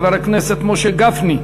חבר הכנסת משה גפני,